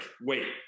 wait